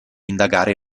indagare